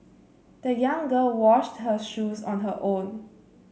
the young girl washed her shoes on her own